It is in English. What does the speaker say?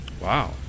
Wow